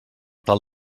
tal